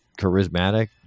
charismatic